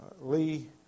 Lee